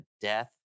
death